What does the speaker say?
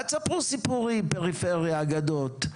אל תספרו סיפורים פריפריה אגדות.